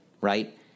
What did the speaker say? right